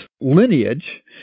lineage